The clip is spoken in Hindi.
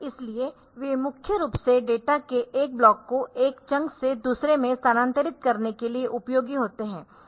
इसलिए वे मुख्य रूप से डेटा के एक ब्लॉक को एक चंक से दूसरे में स्थानांतरित करने के लिए उपयोगी होते है